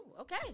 okay